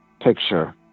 picture